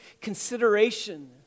consideration